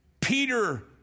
peter